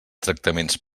tractaments